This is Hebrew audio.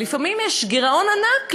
ולפעמים יש גירעון ענק לסגור,